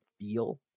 feel